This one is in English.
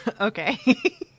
okay